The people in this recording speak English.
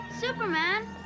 superman